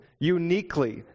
uniquely